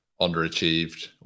underachieved